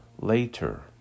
later